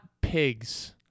Pigs